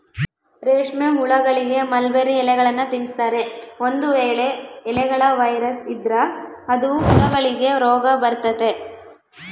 ರೇಷ್ಮೆಹುಳಗಳಿಗೆ ಮಲ್ಬೆರ್ರಿ ಎಲೆಗಳ್ನ ತಿನ್ಸ್ತಾರೆ, ಒಂದು ವೇಳೆ ಎಲೆಗಳ ವೈರಸ್ ಇದ್ರ ಅದು ಹುಳಗಳಿಗೆ ರೋಗಬರತತೆ